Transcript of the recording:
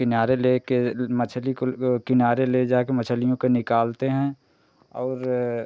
किनारे लेकर मछली को किनारे लेजा कर मछलियों के निकालते हैं और